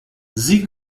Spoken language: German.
sie